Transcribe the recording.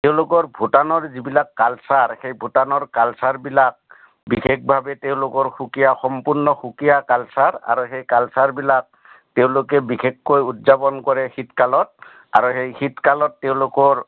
তেওঁলোকৰ ভূটানৰ যিবিলাক কালচাৰ সেই ভূটানৰ কালচাৰবিলাক বিশেষভাৱে তেওঁলোকৰ সুকীয়া সম্পূৰ্ণ সুকীয়া কালচাৰ আৰু সেই কালচাৰবিলাক তেওঁলোকে বিশেষকৈ উদযাপন কৰে শীতকালত আৰু সেই শীতকালত তেওঁলোকৰ